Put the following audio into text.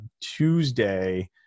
Tuesday